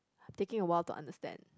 taking awhile to understand